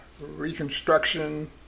Reconstruction